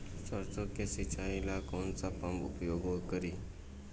सरसो के सिंचाई ला कौन सा पंप उपयोग करी?